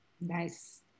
Nice